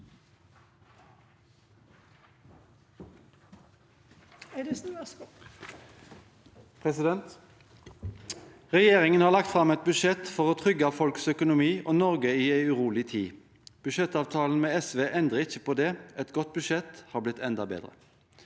Regjeringen har lagt fram et budsjett for å trygge folks økonomi og Norge i en urolig tid. Budsjettavtalen med SV endrer ikke på det – et godt budsjett har blitt enda bedre.